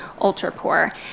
ultra-poor